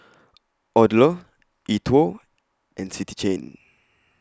Odlo E TWOW and City Chain